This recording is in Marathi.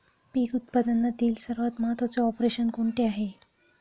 पीक उत्पादनातील सर्वात महत्त्वाचे ऑपरेशन कोणते आहे?